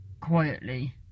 quietly